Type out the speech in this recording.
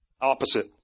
Opposite